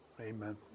Amen